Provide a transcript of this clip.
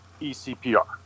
eCPR